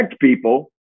people